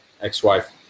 ex-wife